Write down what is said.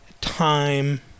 time